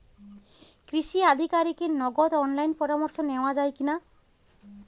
কৃষি আধিকারিকের নগদ অনলাইন পরামর্শ নেওয়া যায় কি না?